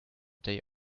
they